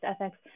ethics